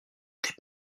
était